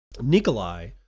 Nikolai